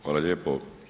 Hvala lijepo.